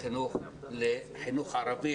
החינוך מחלקים את החברה הערבית לחינוך ערבי,